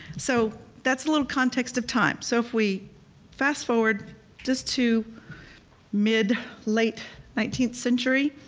so that's a little context of time. so if we fast-forward just to mid, late nineteenth century.